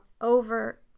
over